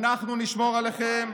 אנחנו נשמור עליכם.